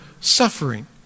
suffering